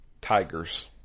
tigers